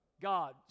God